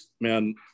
man